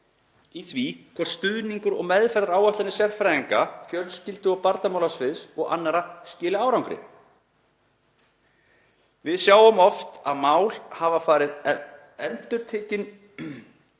í því hvort stuðningur og meðferðaráætlanir sérfræðinga, fjölskyldu- og barnamálasviðs og annarra skili árangri. Við sjáum oft að mál hafa verið endurupptekin